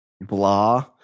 blah